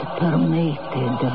permitted